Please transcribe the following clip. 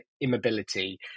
immobility